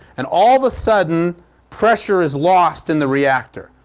and all of a sudden pressure is lost in the reactor.